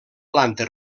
planta